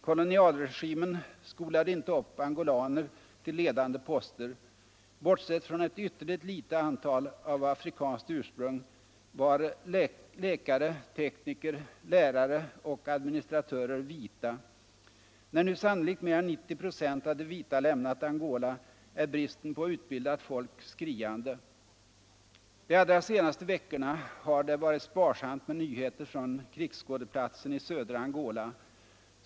Kolonialregimen skolade inte upp angolaner till ledande poster. Bortsett från ett ytterligt litet antal av afrikanskt ursprung var läkare, tekniker, lärare och administratörer vita. När nu sannolikt mer än 90 96 av de vita har lämnat Angola, är bristen på utbildat folk skriande. De allra senaste veckorna har det varit sparsamt med nyheter från krigsskådeplatsen i södra Angola.